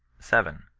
seven.